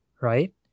Right